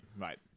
right